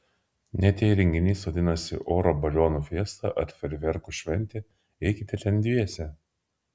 net jei renginys vadinasi oro balionų fiesta ar fejerverkų šventė eikite ten dviese